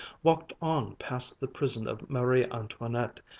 walked on past the prison of marie antoinette,